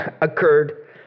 occurred